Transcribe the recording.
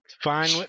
Fine